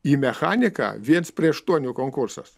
į mechaniką viens prie aštuonių konkursas